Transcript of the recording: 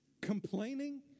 complaining